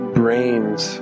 brains